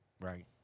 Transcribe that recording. Right